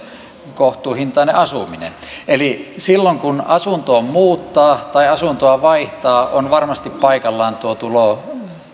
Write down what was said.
kohtuuhintainen asuminen silloin kun asuntoon muuttaa tai asuntoa vaihtaa on varmasti paikallaan tuo tulotaso